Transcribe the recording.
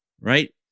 Right